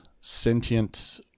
sentient